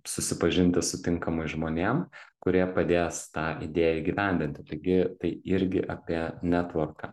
susipažinti su tinkamais žmonėm kurie padės tą idėją įgyvendinti taigi tai irgi apie netvorką